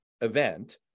event